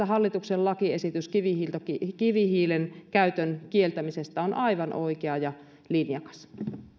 hallituksen lakiesitys kivihiilen kivihiilen käytön kieltämisestä on aivan oikea ja linjakas